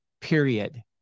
period